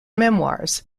memoirs